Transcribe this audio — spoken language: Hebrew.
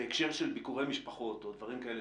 בהקשר של ביקורי משפחות או דברים כאלה,